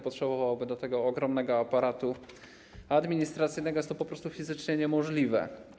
Potrzebowałby do tego ogromnego aparatu administracyjnego i jest to po prostu fizycznie niemożliwe.